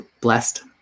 blessed